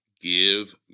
Give